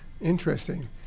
Interesting